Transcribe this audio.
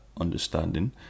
understanding